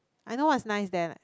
I know what nice there